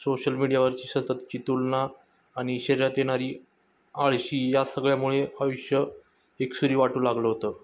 social मीडियावरची सततची तुलना आणि शरीरात येणारी आळशी या सगळ्यामुळे आयुष्य एकसुरी वाटू लागलं होतं